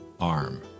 arm